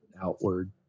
Outward